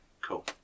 cool